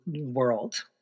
world